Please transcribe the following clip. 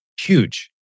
huge